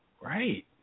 right